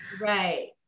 Right